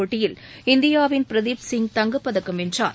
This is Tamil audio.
போட்டியில் இந்தியாவின் பிரதீப் சிங் தங்கப்பதக்கம் வென்றார்